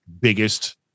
biggest